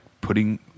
putting